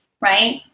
right